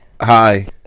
Hi